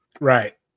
Right